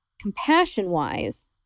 compassion-wise